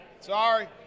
Sorry